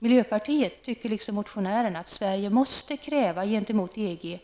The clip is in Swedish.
Miljöpartiet anser, liksom motionären, att Sverige måste kräva av EG